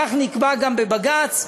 כך נקבע גם בבג"ץ.